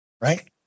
right